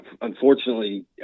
unfortunately